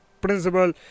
principle